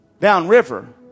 downriver